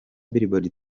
billboard